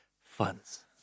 funds